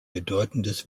bedeutendes